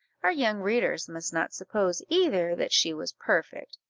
our young readers must not suppose either that she was perfect,